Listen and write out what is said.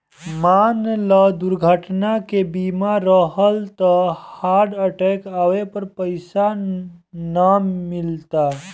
मान ल दुर्घटना के बीमा रहल त हार्ट अटैक आवे पर पइसा ना मिलता